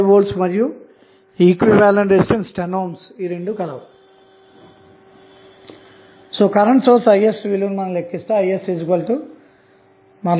కాబట్టి ఈ ప్రత్యేకమైన నోడ్ వద్ద కిర్చోఫ్ యొక్క కరెంటు లా ని ఉపయోగించి VTh విలువను తెలుసుకొందాము